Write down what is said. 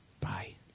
Bye